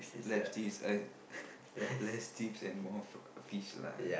left teas uh less tips and more f~ fish lah